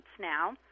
Now